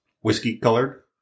whiskey-colored